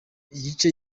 igice